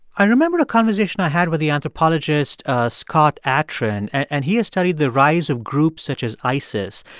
i remember a conversation i had with the anthropologist ah scott atran, and he has studied the rise of groups such as isis.